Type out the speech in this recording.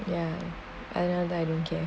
ya I know I don't care